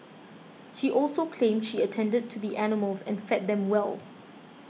she also claimed she attended to the animals and fed them well